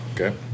Okay